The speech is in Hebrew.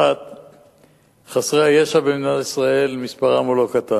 1. חסרי הישע במדינת ישראל, מספרם הוא לא קטן,